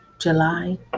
july